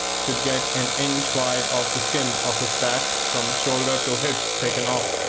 should get an inch wide of the skin of his back, from shoulder to hips, taken off.